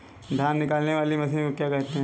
धान निकालने वाली मशीन को क्या कहते हैं?